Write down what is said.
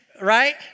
right